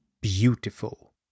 beautiful